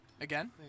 Again